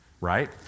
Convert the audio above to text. Right